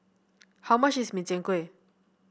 how much is Min Chiang Kueh